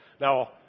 Now